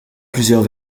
plusieurs